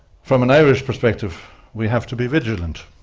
from an irish perspective we have to be vigilant.